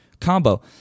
combo